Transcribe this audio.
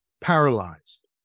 paralyzed